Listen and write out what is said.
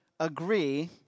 Agree